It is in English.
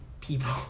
people